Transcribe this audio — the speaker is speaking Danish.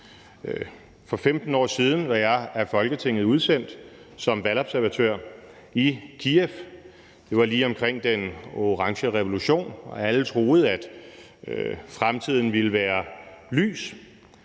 For 15 år siden var jeg af Folketinget udsendt som valgobservatør i Kyiv. Det var lige omkring den orange revolution, og alle troede, at fremtiden ville være lys.